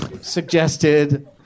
suggested